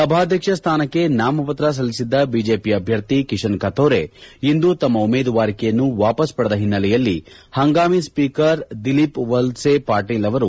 ಸಭಾಧ್ಯಕ್ಷ ಸ್ಥಾನಕ್ಕೆ ನಾಮಪತ್ರ ಸಲ್ಲಿಸಿದ್ದ ಬಿಜೆಪಿ ಅಭ್ಲರ್ಥಿ ಕಿಶನ್ ಕಥೋರೆ ಇಂದು ತಮ್ಮ ಉಮೇದುವಾರಿಕೆಯನ್ನು ವಾಪಸ್ ಪಡೆದ ಹಿನ್ನೆಲೆಯಲ್ಲಿ ಹಂಗಾಮಿ ಸ್ವೀಕರ್ ದಿಲೀಪ್ ವಲ್ಲೆ ಪಾಟೀಲ್ ಅವರು